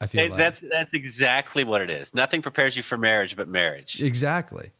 i feel like that's exactly what it is. nothing prepares you for marriage, but marriage exactly